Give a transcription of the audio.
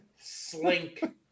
slink